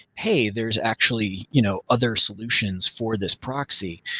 hey there's actually you know other solutions for this proxy.